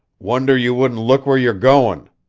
wonder you wouldn't look where you're going!